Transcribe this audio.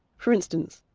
for instance,